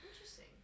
Interesting